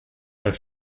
her